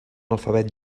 alfabet